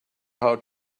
how